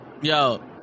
yo